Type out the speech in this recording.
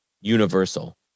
universal